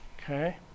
Okay